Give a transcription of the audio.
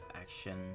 action